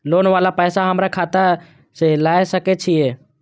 Loan वाला पैसा हमरा खाता से लाय सके छीये?